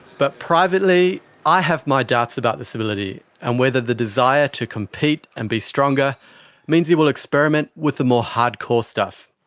but privately i have my doubts about this ability and whether the desire to compete and be stronger means you will experiment with the more hard-core stuff.